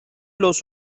los